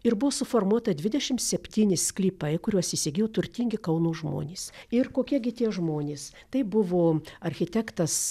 ir buvo suformuota dvidešim septyni sklypai kuriuos įsigijo turtingi kauno žmonės ir kokie gi tie žmonės tai buvo architektas